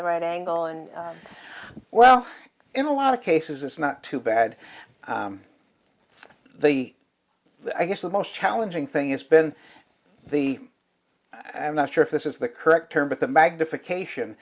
the right angle and well in a lot of cases it's not too bad the i guess the most challenging thing has been the i'm not sure if this is the correct term but the magnification